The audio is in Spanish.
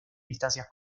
distancias